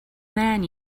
man